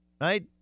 right